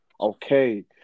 okay